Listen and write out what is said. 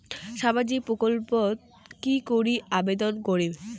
সামাজিক প্রকল্পত কি করি আবেদন করিম?